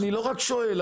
אני לא רק שואל,